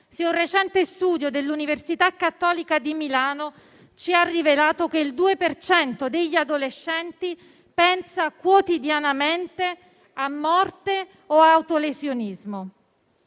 un recente studio dell'università Cattolica di Milano ci ha rivelato che il 2 per cento degli adolescenti pensa quotidianamente a morte o autolesionismo.